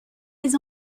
des